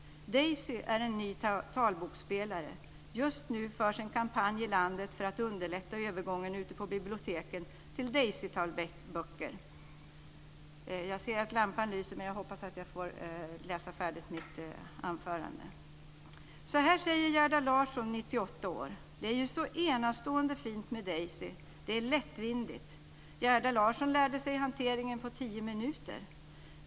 Daisy är en ny talboksspelare. Just nu förs en kampanj i landet för att underlätta övergången ute på biblioteken till Daisytalböcker. Så här säger Gerda Larsson, 98 år: "Det är ju så enastående fint med Daisy. Det är lättvindigt." Gerda Larsson lärde sig hanteringen på tio minuter.